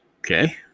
Okay